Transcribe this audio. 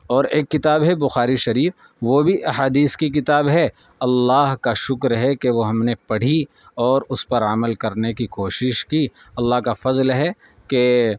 اور ایک کتاب ہے بخاری شریف وہ بھی احادیث کی کتاب ہے اللہ کا شکر ہے کہ وہ ہم نے پڑھی اور اس پر عمل کرنے کی کوشش کی اللہ کا فضل ہے کہ